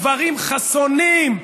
גברים חסונים,